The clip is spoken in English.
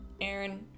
Aaron